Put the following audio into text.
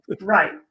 right